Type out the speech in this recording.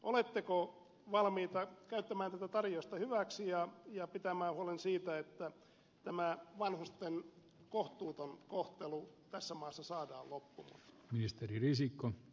oletteko valmiita käyttämään tätä tarjousta hyväksi ja pitämään huolen siitä että vanhusten kohtuuton kohtelu tässä maassa saadaan loppumaan